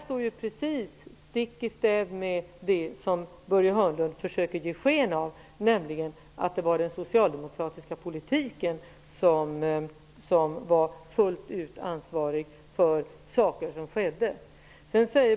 Detta går precis stick i stäv med det som Börje Hörnlund försöker ge sken av, nämligen att det var den socialdemokratiska politiken som fullt ut var ansvarig för det som skedde.